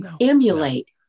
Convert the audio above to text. emulate